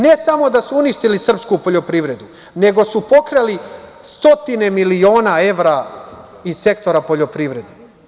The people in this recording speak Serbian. Ne samo da su uništili srpsku poljoprivrednu, nego su pokrali stotine miliona evra iz sektora poljoprivrede.